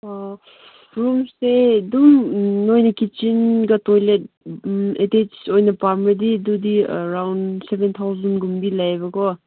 ꯑꯣ ꯔꯨꯝꯁꯦ ꯑꯗꯨꯝ ꯅꯣꯏꯅ ꯀꯤꯆꯟꯒ ꯇꯣꯏꯂꯦꯠ ꯑꯦꯇꯦꯁ ꯑꯣꯏꯅ ꯄꯥꯝꯃꯗꯤ ꯑꯗꯨꯗꯤ ꯑꯔꯥꯎꯟ ꯁꯕꯦꯟ ꯊꯥꯎꯖꯟꯒꯨꯝꯕꯗꯤ ꯂꯩꯌꯦꯕꯀꯣ